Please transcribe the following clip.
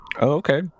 Okay